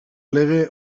lege